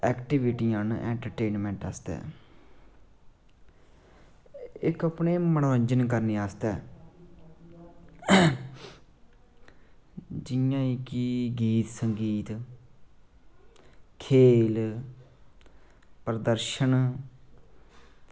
एक्टीविटियां न एंटरटेन बास्तै इक अपने मनोरंजन करने आस्तै जियां कि गीत संगीत खेल प्रदर्शन